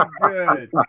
good